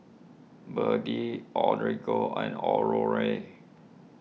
Birdie and Aurore